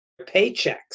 paychecks